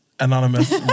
Anonymous